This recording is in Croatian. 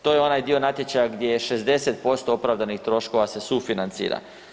To je onaj dio natječaja gdje 60% opravdanih troškova se sufinancira.